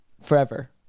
Forever